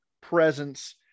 presence